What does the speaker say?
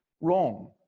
wrong